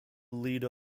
leader